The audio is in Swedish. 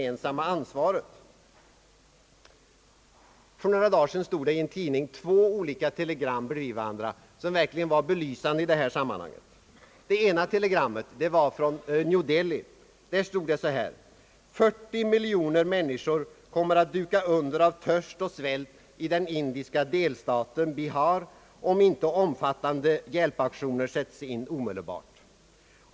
För några dagar sedan stod i en tidning två olika telegram bredvid varandra, som verkligen var belysande i detta sam manhang. Det ena telegrammet var från New Dehli. Där stod så här: 40 miljoner människor kommer att duka under av törst och svält i den indiska delstaten Bihar, om inte omfattande hjälpaktioner sätts in omedelbart.